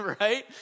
right